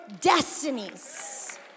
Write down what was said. destinies